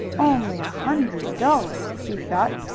only a hundred dollars! he thought.